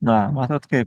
na matot kaip